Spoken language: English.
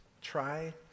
try